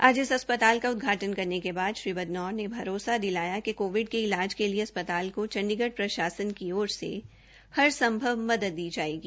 आज इस अस्पताल का उदघाटन करते के बाद श्री बदनौर ने भरोसा दिलाया कि कोविड के इलाज के लिए अस्पताल को चंडीगढ़ प्रशासन की ओर से हर संभव मदद दी जायेगी